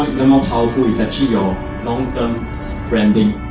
powerful is actually your long term branding,